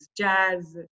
jazz